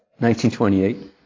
1928